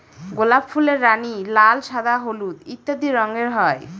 গোলাপ ফুলের রানী, লাল, সাদা, হলুদ ইত্যাদি রঙের হয়